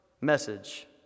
message